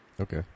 Okay